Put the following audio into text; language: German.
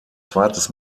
zweites